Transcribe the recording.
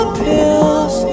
pills